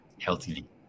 healthily